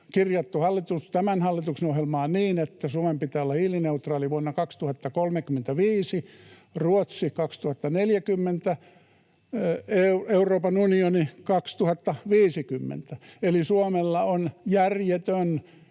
kirjattu tämän hallituksen ohjelmaan niin, että Suomen pitää olla hiilineutraali vuonna 2035. Ruotsi 2040, Euroopan unioni 2050, eli Suomi antaa järjettömän